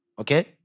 Okay